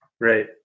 Right